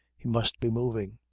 he must be moving.